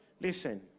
Listen